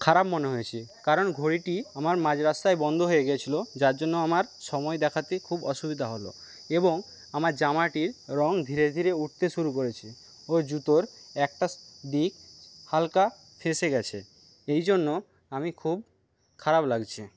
খারাপ মনে হয়েছে কারণ ঘড়িটি আমার মাঝ রাস্তায় বন্ধ হয়ে গেছল যার জন্য আমার সময় দেখাতে খুব অসুবিধা হল এবং আমার জামাটির রং ধীরে ধীরে উঠতে শুরু করেছে ও জুতোর একটা দিক হালকা ফেঁসে গেছে এই জন্য আমি খুব খারাপ লাগছে